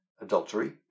adultery